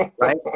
Right